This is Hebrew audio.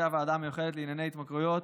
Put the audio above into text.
והוועדה המיוחדת לענייני התמכרויות,